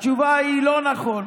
התשובה היא: לא נכון.